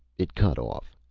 it cut off.